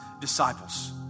disciples